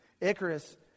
Icarus